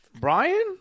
brian